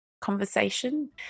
conversation